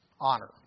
honor